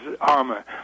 armor